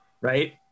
right